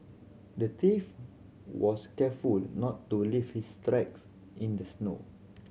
the thief was careful not to leave his tracks in the snow